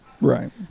Right